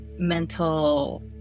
mental